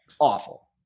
Awful